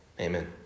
Amen